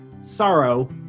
sorrow